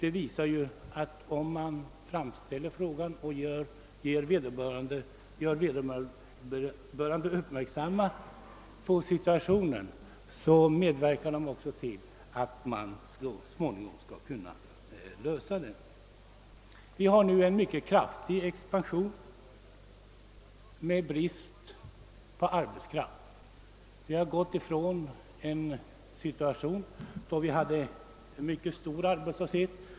Det visar att om man lägger fram sina önskemål till vederbörande och fäster uppmärksamheten på den situation man råkat i, så får man också hjälp att lösa problemen: Vi har nu en mycket kraftig expansion med brist på arbetskraft, medan vi tidigare hade stor arbetslöshet.